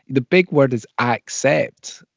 the big word is accept.